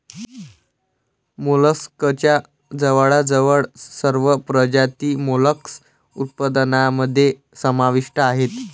मोलस्कच्या जवळजवळ सर्व प्रजाती मोलस्क उत्पादनामध्ये समाविष्ट आहेत